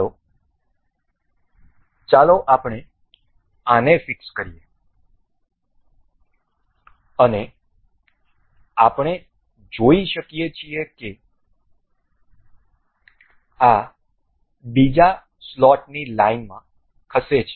ચાલો ચાલો આપણે આને ફિક્સ કરીએ અને આપણે જોઈ શકીએ છીએ કે આ બીજા સ્લોટની લાઈનમાં ખસે છે